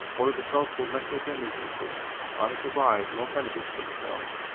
all of the so called left agendas they push only provide more benefits for themselves.